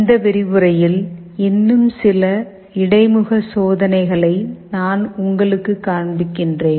இந்த விரிவுரையில் இன்னும் சில இடைமுக சோதனைகளை நான் உங்களுக்குக் காண்பிக்கிறேன்